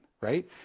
right